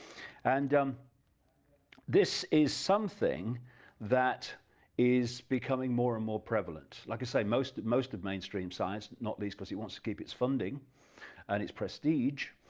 and um this is something that is becoming more and more prevalent, like i say most most of mainstream scientists not least because they want to keep its funding and his prestige,